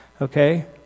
Okay